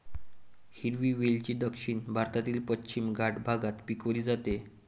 हिरवी वेलची दक्षिण भारतातील पश्चिम घाट भागात पिकवली जाते